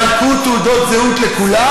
אם תחלקו תעודות זהות לכולם,